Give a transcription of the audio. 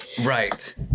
right